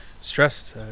stressed